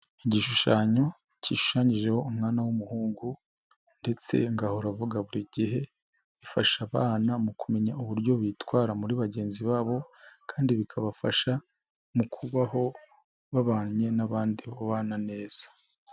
Igishushanyo gishushanyijeho umwana w'umuhungu ndetse ngo ahora ravuga buri gihe, ifasha abana mu kumenya uburyo bitwara muri bagenzi babo kandi bikabafasha mu kubaho, babanye n'abandi babana neza.